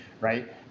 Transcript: right